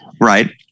Right